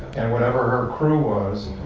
and whatever her crew was,